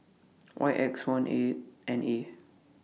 Y X one eight N A